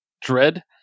dread